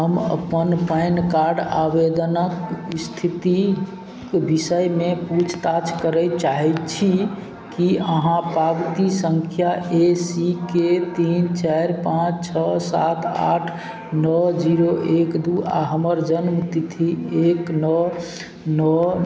हम अपन PAN card आवेदनक स्थितिक विषयमे पूछताछ करय चाहय छी की अहाँ पाबती सङ्ख्या ए सी के तीन चारि पाँच छओ सात आठ नओ जीरो एक दू आओर हमर जन्मतिथि एक नओ नओ